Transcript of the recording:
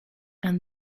and